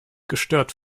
gestört